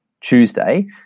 Tuesday